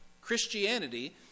Christianity